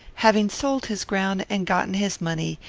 having sold his ground and gotten his money,